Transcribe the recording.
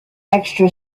extra